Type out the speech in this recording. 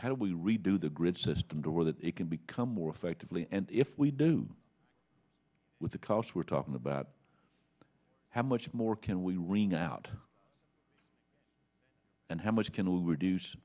how do we redo the grid system to where that it can become more effectively and if we do with the cost we're talking about how much more can we wring out and how much can we reduce